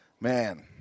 man